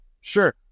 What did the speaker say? sure